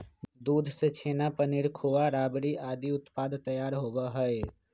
दूध से छेना, पनीर, खोआ, रबड़ी आदि उत्पाद तैयार होबा हई